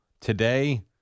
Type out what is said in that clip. Today